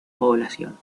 población